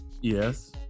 Yes